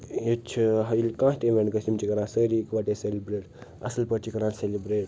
ییٚتہِ چھُ ٲں ییٚلہِ کانٛہہ تہِ اویٚنٛٹ گژھہِ تِم چھِ کران سٲری اکووٹٔے سیٚلِبرٛیٹ اصٕل پٲٹھۍ چھِ کران سیٚلبٛریٹ